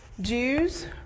Jews